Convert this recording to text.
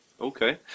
Okay